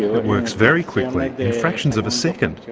it works very quickly, in fractions of a second.